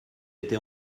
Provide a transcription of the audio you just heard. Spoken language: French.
été